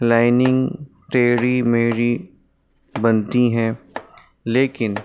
lining تیری میری بنتی ہیں لیکن